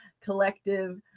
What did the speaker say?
collective